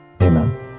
Amen